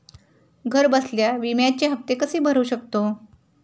घरबसल्या विम्याचे हफ्ते कसे भरू शकतो?